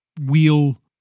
wheel